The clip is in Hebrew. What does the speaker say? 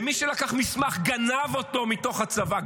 למי שלקח מסמך, גנב אותו מתוך הצבא.